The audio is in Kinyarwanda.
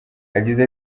yagize